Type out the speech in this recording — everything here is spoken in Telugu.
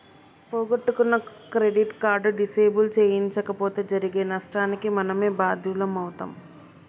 పోగొట్టుకున్న క్రెడిట్ కార్డు డిసేబుల్ చేయించకపోతే జరిగే నష్టానికి మనమే బాధ్యులమవుతం